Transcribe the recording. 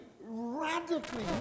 radically